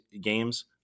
games